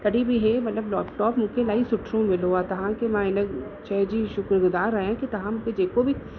तॾहिं बि इहे मतलबु लोपटॉप मूंखे इलाही सुठो मिलियो आहे तव्हांखे मां हिन शइ जी शुक्रगुज़ार आहियां कि तव्हां मूंखे जेको बि